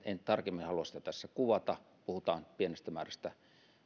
en tarkemmin halua tässä kuvata puhutaan pienestä määrästä